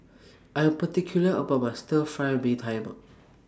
I Am particular about My Stir Fry Mee Tai Mak